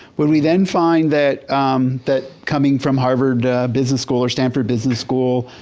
would we then find that um that coming from harvard business school or stanford business school,